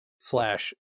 slash